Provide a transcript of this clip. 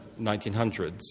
1900s